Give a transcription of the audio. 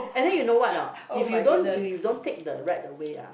and then you know what or not if you don't if you don't take the rat away ah